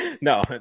No